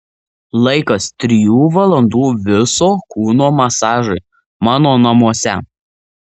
laikas trijų valandų viso kūno masažui mano namuose